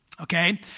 Okay